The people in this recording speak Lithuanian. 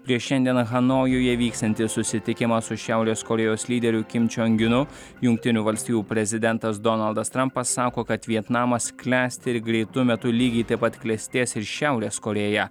prieš šiandien hanojuje vyksiantį susitikimą su šiaurės korėjos lyderiu kim čiong inu jungtinių valstijų prezidentas donaldas trampas sako kad vietnamas klesti ir greitu metu lygiai taip pat klestės ir šiaurės korėja